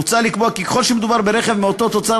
מוצע לקבוע כי ככל שמדובר ברכב מאותו תוצר